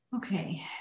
Okay